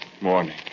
Morning